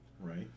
Right